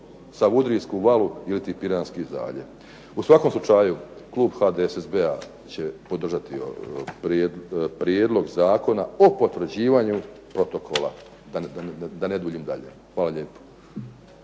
Savudrijsku valu iliti Piranski zaljev. U svakom slučaju klub HDSSB-a će podržati Prijedlog Zakona o potvrđivanju protokola da ne duljim dalje. Hvala lijepo.